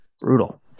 brutal